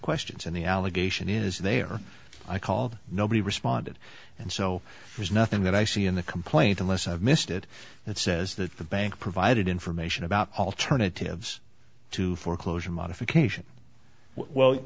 questions and the allegation is they are i called nobody responded and so there's nothing that i see in the complaint unless i missed it that says that the bank provided information about alternatives to foreclosure modification well